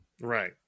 right